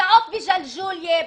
קרקעות בג'לג'וליה,